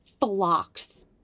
flocks